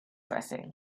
pressing